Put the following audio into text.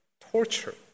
torture